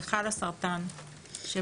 ל- ׳חלאסרטן׳,